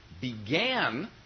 began